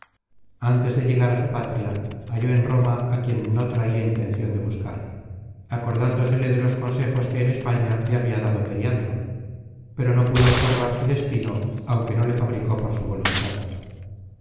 ántes de llegar á su patria halló en roma á quien no traia intencion de buscar acordándosele de los consejos que en españa le habia dado periandro pero no pudo estorbar su destino aunque no le fabricó por su voluntad